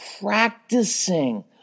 practicing